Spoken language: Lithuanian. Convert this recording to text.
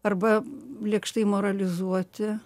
arba lėkštai moralizuoti